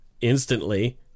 instantly